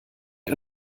ein